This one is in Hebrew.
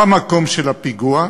במקום של הפיגוע,